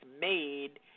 made